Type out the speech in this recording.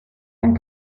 ein